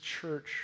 church